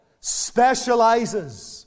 specializes